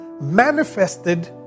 manifested